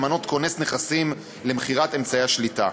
למנות כונס נכסים למכירת אמצעי השליטה.